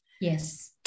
yes